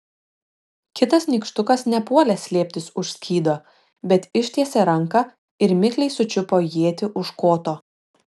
kitas nykštukas nepuolė slėptis už skydo bet ištiesė ranką ir mikliai sučiupo ietį už koto